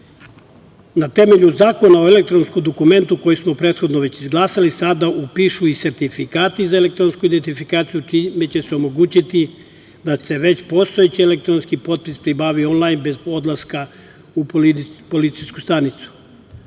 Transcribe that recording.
na temelju Zakona o elektronskom dokumentu, koji smo prethodno već izglasali, sada upišu i sertifikati za elektronsku identifikaciju, čime će se omogućiti da se već postojeći elektronski potpis pribavi onlajn, bez odlaska u policijsku stanicu.